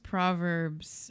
Proverbs